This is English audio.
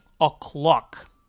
o'clock